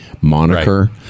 moniker